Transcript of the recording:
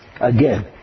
Again